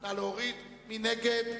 מי נגד?